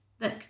Look